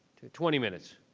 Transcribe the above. twenty minutes,